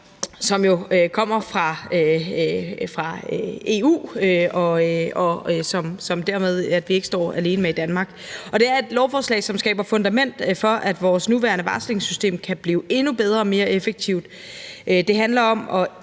som jo kommer fra EU, så vi derved ikke står alene med det i Danmark. Det er et lovforslag, som skaber fundament for, at vores nuværende varslingssystem kan blive endnu bedre og mere effektivt. Det handler om at